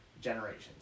generations